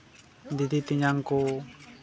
ᱫᱤᱫᱤ ᱛᱮᱧᱟᱝ ᱠᱚ